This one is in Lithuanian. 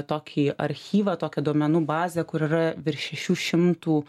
tokį archyvą tokią duomenų bazę kur yra virš šešių šimtų